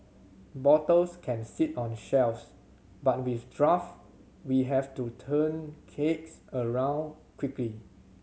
bottles can sit on shelves but with draft we have to turn kegs around quickly